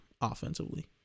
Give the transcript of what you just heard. offensively